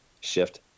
shift